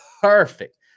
perfect